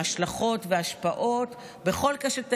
ההשלכות וההשפעות בכל קשת האיומים,